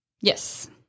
Yes